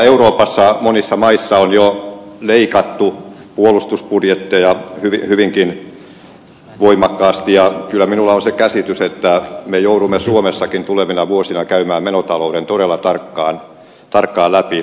euroopassa monissa maissa on jo leikattu puolustusbudjetteja hyvinkin voimakkaasti ja kyllä minulla on se käsitys että me joudumme suomessakin tulevina vuosina käymään menotalouden todella tarkkaan läpi